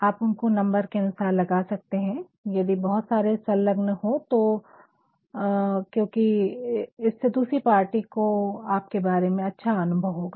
आप उनको नंबर के अनुसार लगा सकते है यदि बहुत सारे सल्लघन हो तो क्योकि इससे दूसरी पार्टी को आपके बारे में अच्छा अनुभव होगा